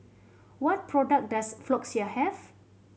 what product does Floxia have